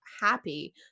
happy